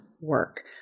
work